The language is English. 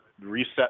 reset